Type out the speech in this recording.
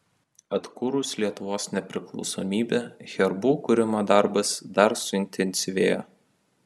atkūrus lietuvos nepriklausomybę herbų kūrimo darbas dar suintensyvėjo